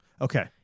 Okay